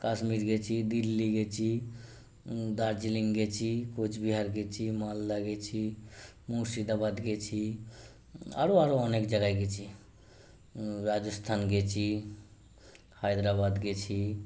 কাশ্মীর গেছি দিল্লি গেছি দার্জিলিং গেছি কোচবিহার গেচি মালদা গেছি মুর্শিদাবাদ গেছি আরো আরো অনেক জায়গায় গেছি রাজস্থান গেছি হায়দ্রাবাদ গেছি